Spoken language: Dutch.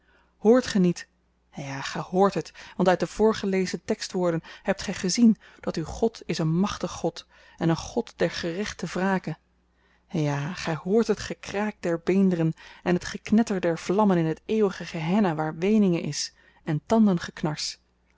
hoort ge niet ja gy hoort het want uit de voorgelezen tekstwoorden hebt gy gezien dat uw god is een machtig god en een god der gerechte wrake ja gy hoort het gekraak der beenderen en het geknetter der vlammen in het eeuwig gehenna waar weeninge is en tandengeknars